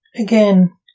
Again